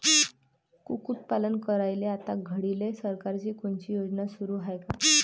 कुक्कुटपालन करायले आता घडीले सरकारची कोनची योजना सुरू हाये का?